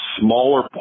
smaller